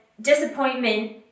disappointment